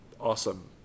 awesome